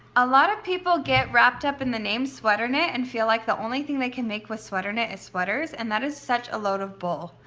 a lot of people get wrapped up in the name sweater knit and feel like the only thing they can make with sweater knit is sweaters and that is such a load of bull.